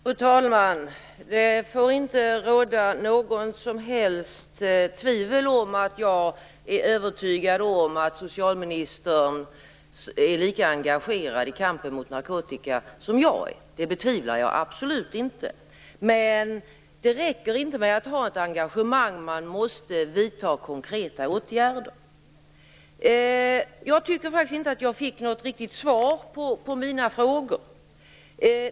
Fru talman! Det får inte råda något som helst tvivel om att jag är övertygad om att socialministern är lika engagerad i kampen mot narkotika som jag. Men det räcker inte att ha ett engagemang - man måste också vidta konkreta åtgärder. Jag tycker faktiskt inte att jag fick något riktigt svar på mina frågor.